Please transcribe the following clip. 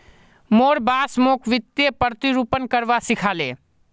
मोर बॉस मोक वित्तीय प्रतिरूपण करवा सिखा ले